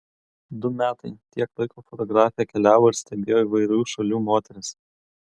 du metai tiek laiko fotografė keliavo ir stebėjo įvairių šalių moteris